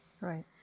Right